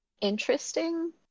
interesting